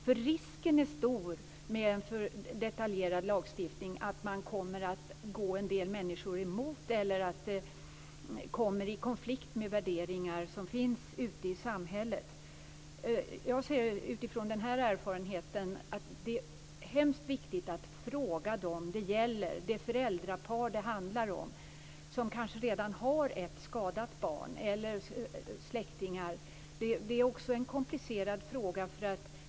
Det finns med en för detaljerad lagstiftning en stor risk att man kommer att gå en del människor emot eller att den kommer i konflikt med värderingar som finns ute i samhället. Utifrån min erfarenhet anser jag att det är hemskt viktigt att fråga dem det gäller, det föräldrapar det handlar om. De kanske redan har ett skadat barn eller skadade släktingar. Det är en komplicerad fråga.